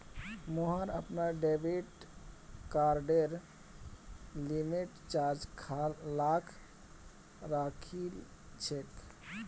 मोहन अपनार डेबिट कार्डेर लिमिट चार लाख राखिलछेक